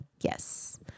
Yes